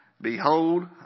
Behold